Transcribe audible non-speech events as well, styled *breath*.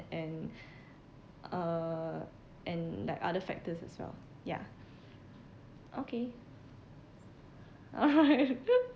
and *breath* uh and like other factors as well ya okay *laughs*